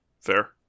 Fair